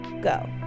go